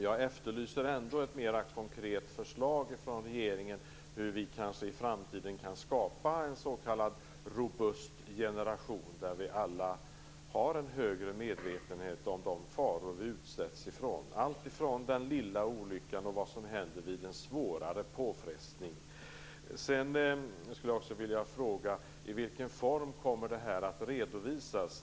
Jag efterlyser ändå ett mer konkret förslag från regeringen om hur vi i framtiden skall kunna skapa en s.k. robust generation, där vi alla har en högre medvetenhet om de faror vi utsätts för - alltifrån den lilla olyckan till vad som händer vid en svårare påfrestning. Jag skulle också vilja fråga i vilken form detta kommer att redovisas.